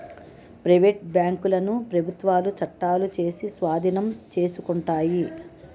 private బ్యాంకులను ప్రభుత్వాలు చట్టాలు చేసి స్వాధీనం చేసుకుంటాయి